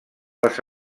les